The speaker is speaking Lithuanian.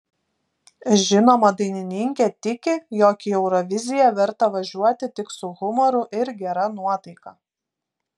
žinoma dainininkė tiki jog į euroviziją verta važiuoti tik su humoru ir gera nuotaika